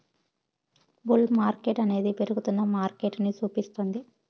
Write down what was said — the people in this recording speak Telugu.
బుల్ మార్కెట్టనేది పెరుగుతున్న మార్కెటని సూపిస్తుంది